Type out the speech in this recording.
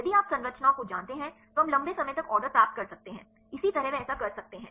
यदि आप संरचनाओं को जानते हैं तो हम लंबे समय तक ऑर्डर प्राप्त कर सकते हैं इसी तरह वे ऐसा कर सकते हैं